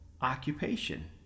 occupation